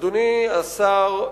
אדוני השר,